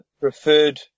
preferred